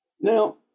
Now